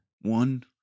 one